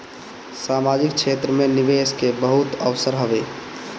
सामाजिक क्षेत्र में निवेश के बहुते अवसर हवे